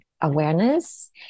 awareness